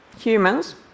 humans